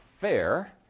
fair